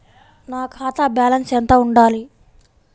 నా ఖాతా బ్యాలెన్స్ ఎంత ఉండాలి?